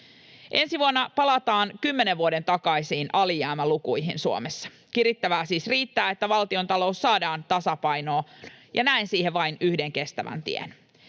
Ensi vuonna palataan kymmenen vuoden takaisiin alijäämälukuihin Suomessa. Kirittävää siis riittää, että valtiontalous saadaan tasapainoon, ja näen siihen vain yhden kestävän tien.